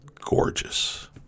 Gorgeous